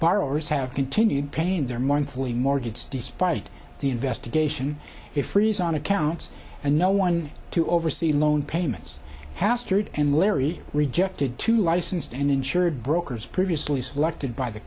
borrowers have continued paying their monthly mortgage despite the investigation it freeze on accounts and no one to oversee loan payments hastert and larry rejected two licensed and insured brokers previously selected by the